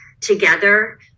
together